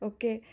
Okay